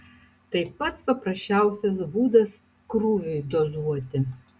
tai pats paprasčiausias būdas krūviui dozuoti